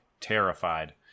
terrified